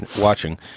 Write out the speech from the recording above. watching